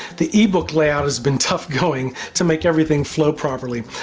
the ebook layout has been tough going to make everything flow properly.